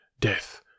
death